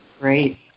Great